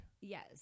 Yes